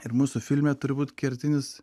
ir mūsų filme turi būt kertinis